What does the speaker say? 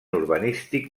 urbanístic